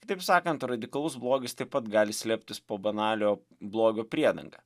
kitaip sakant radikalus blogis taip pat gali slėptis po banalio blogio priedanga